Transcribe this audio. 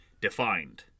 defined